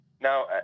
Now